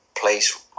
place